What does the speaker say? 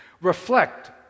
reflect